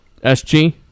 SG